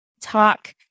talk